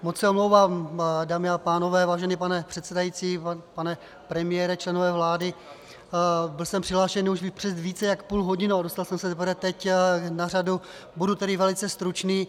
Moc se omlouvám, dámy a pánové, vážený pane předsedající, pane premiére, členové vlády, byl jsem přihlášen už před více než půl hodinou, dostal jsem se teprve teď na řadu, budu tedy velice stručný.